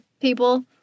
people